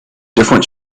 different